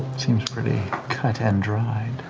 seems pretty cut and dried.